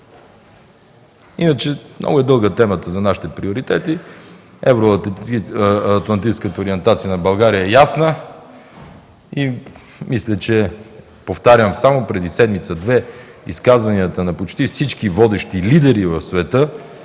Иначе много е дълга темата за нашите приоритети. Евроатлантическата ориентация на България е ясна. Повтарям –само преди седмица-две в изказванията си почти всички водещи лидери в света